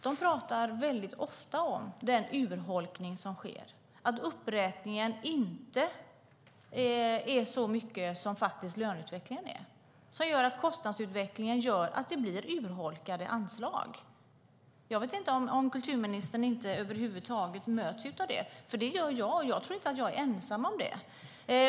De pratar väldigt ofta om den urholkning som sker - att uppräkningen inte är så mycket som löneutvecklingen faktiskt är. Det gör att kostnadsutvecklingen gör att det blir urholkade anslag. Jag vet inte om kulturministern över huvud taget möts av det. Det gör nämligen jag, och jag tror inte att jag är ensam om det.